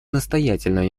настоятельную